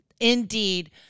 Indeed